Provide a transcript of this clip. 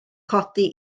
codi